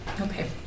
Okay